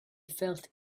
felt